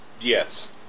Yes